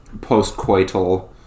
post-coital